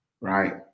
right